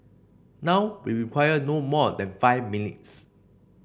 now we require no more than five minutes